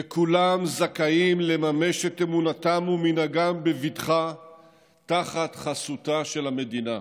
וכולם זכאים לממש את אמונתם ומנהגם בבטחה תחת חסותה של המדינה.